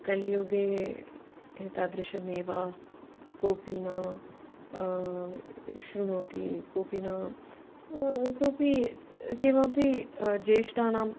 कलियुगे एतादृशमेव कोऽपि न शृणोति कोऽपि न कोऽपि किमपि ज्येष्ठानाम्